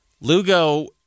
Lugo